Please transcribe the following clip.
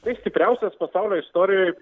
tai stipriausias pasaulio istorijoj